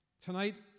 Tonight